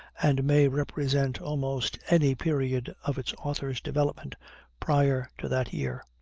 and may represent almost any period of its author's development prior to that year.